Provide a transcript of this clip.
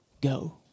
go